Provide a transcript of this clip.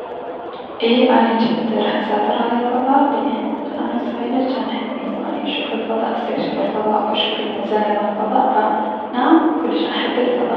اي اني جنت راح اسافر على الفضاء لأن من اني و صغيرة جان حلمي انو اشوف الفضاء استكشف الفضاء و اشوف المزاية مال الفضاء فنعم كلش احب الفضاء.